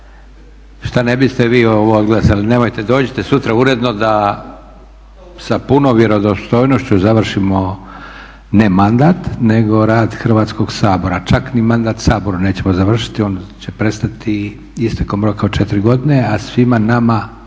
Šta ne biste vi ovo odglasali? Dođite sutra uredno da sa puno vjerodostojnošću završimo ne mandat, nego rad Hrvatskog sabora. Čak ni mandat Sabora nećemo završiti, on će prestati istekom roka od 4 godine. A svima nama